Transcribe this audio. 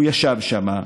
הוא ישב שם.